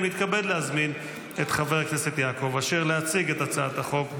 אני מתכבד להזמין את חבר הכנסת יעקב אשר להציג את הצעת החוק.